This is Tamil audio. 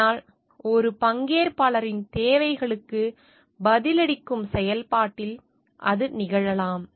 ஆனால் ஒரு பங்கேற்பாளரின் தேவைகளுக்கு பதிலளிக்கும் செயல்பாட்டில் அது நிகழலாம்